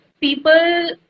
people